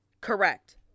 correct